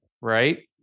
Right